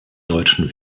deutschen